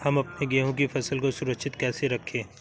हम अपने गेहूँ की फसल को सुरक्षित कैसे रखें?